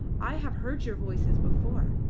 i have heard your voices before.